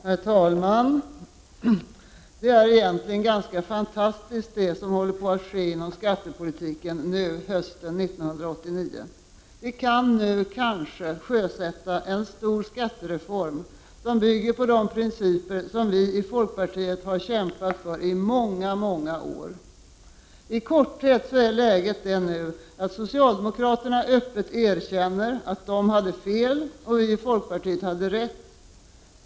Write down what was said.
Herr talman! Det är egentligen ganska fantastiskt, det som nu håller på att ske inom skattepolitiken hösten 1989. Vi kanske kan sjösätta en stor skattereform, som bygger på de principer vi i folkpartiet har kämpat för i många många år. I korthet är läget det att socialdemokraterna nu öppet erkänner att de hade fel och att vi i folkpartiet hade rätt.